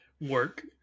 work